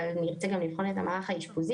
אבל אנחנו נרצה גם לבחון את המערך האשפוזי